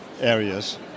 areas